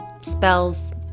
spells